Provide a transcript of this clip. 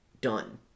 done